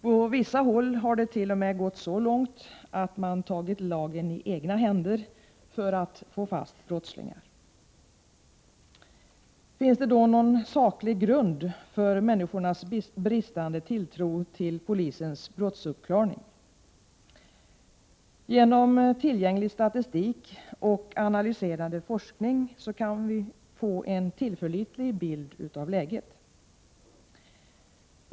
På vissa håll har det t.o.m. gått så långt att man tagit lagen i egna händer för att få fast brottslingar. Finns det då någon saklig grund för människornas bristande tilltro till polisens brottsuppklarning? Genom tillgänglig statistik och analyserande forskning kan vi få en tillförlitlig bild av läget.